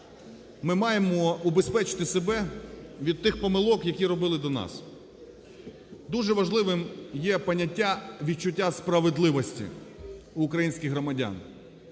ми маємо убезпечити себе від тих помилок, які робили до нас. Дуже важливим є поняття відчуття справедливості в українських громадян.